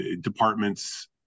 departments